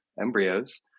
embryos